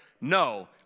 no